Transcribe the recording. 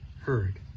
heard